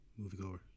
moviegoer